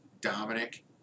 Dominic